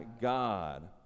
God